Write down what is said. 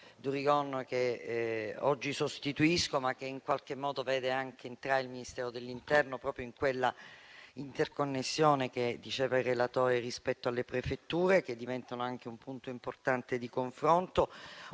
Durigon, che oggi sostituisco; ciò in qualche modo vede entrare anche il Ministero dell'interno in quella interconnessione di cui parlava il relatore rispetto alle prefetture, che diventano un punto importante di confronto.